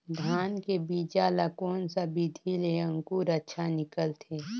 धान के बीजा ला कोन सा विधि ले अंकुर अच्छा निकलथे?